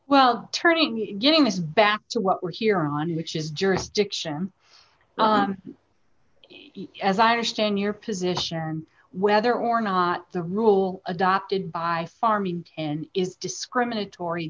well turning in getting us back to what we're here on which is jurisdiction as i understand your position or whether or not the rule adopted by farming in is discriminatory